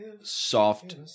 soft